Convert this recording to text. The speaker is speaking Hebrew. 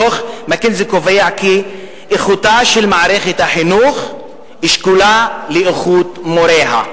דוח "מקינזי" קובע שאיכותה של מערכת החינוך שקולה לאיכות מוריה.